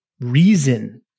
reason